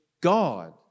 God